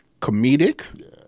comedic